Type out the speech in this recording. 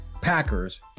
Packers